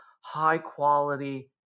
high-quality